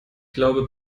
glaube